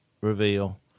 reveal